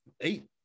eight